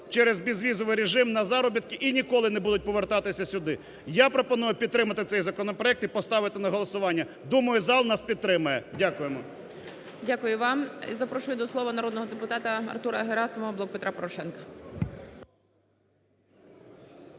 через безвізовий режим на заробітки і ніколи не будуть повертатися сюди. Я пропоную підтримати цей законопроект і поставити на голосування. Думаю зал нас підтримає. Дякуємо. ГОЛОВУЮЧИЙ. Дякую вам. Запрошую до слова народного депутата Артура Герасимова, "Блок Петра Порошенка".